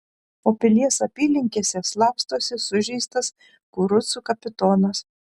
o pilies apylinkėse slapstosi sužeistas kurucų kapitonas